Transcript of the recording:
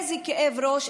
איזה כאב ראש,